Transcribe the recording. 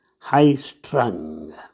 high-strung